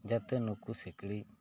ᱡᱟᱛᱮ ᱱᱩᱠᱩ ᱥᱤᱠᱬᱤᱡ